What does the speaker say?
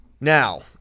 Now